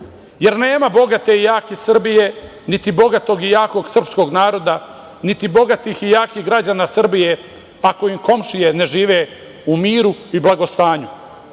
jer nema bogate i jake Srbije, niti bogatog i jakog srpskog naroda, niti bogatih i jakih građana Srbije ako im komšije ne žive u miru i blagostanju.